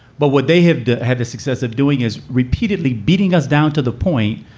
but what they have had the success of doing is repeatedly beating us down to the point.